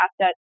assets